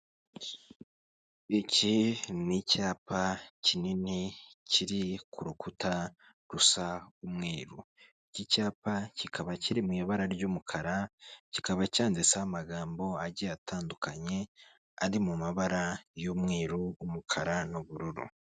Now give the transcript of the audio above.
Iki ni icyapa kinini kiri ku rukuta rusa umweru. Iki cyapa kikaba kiri mu ibara ry'umukara, kikaba cyanditseho amagambo agiye atandukanye ari mu mabara y'umweru, umukara n'ubururu.